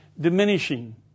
diminishing